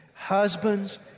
Husbands